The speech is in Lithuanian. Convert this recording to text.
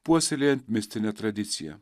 puoselėjant mistinę tradiciją